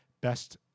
best